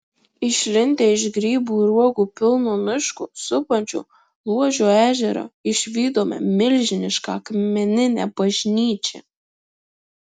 išlindę iš grybų ir uogų pilno miško supančio luodžio ežerą išvydome milžinišką akmeninę bažnyčią